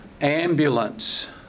ambulance